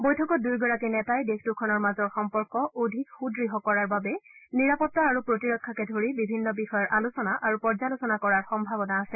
বৈঠকত দুয়োগৰাকী নেতাই দেশ দুখনৰ মাজৰ সম্পৰ্ক অধিক সুদৃঢ় কৰাৰ বাবে নিৰাপত্তা আৰু প্ৰতিৰক্ষাকে ধৰি বিভিন্ন বিষয়ৰ আলোচনা আৰু পৰ্যালোচনা কৰাৰ সম্ভাৱনা আছে